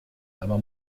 aber